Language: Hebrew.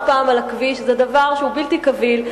פעם על הכביש היא דבר שהוא בלתי קביל.